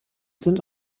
sind